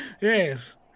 Yes